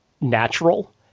natural